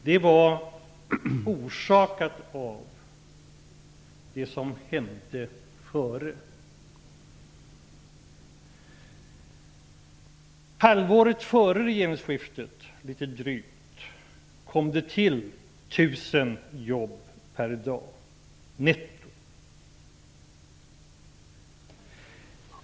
Det var orsakat av det som hände före förra regeringsskiftet. jobb per dag netto.